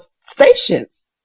stations